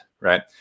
right